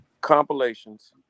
compilations